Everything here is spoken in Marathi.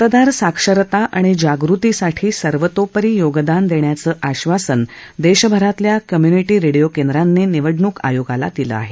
मतदार साक्षरता आणि जागृतीसाठी सर्वतोपरी योगदान देण्याचं आधासन देशभरातल्या कम्युनिटी रेडीओ केंद्रांनी निवडणूक आयोगाला दिलं आहे